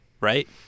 right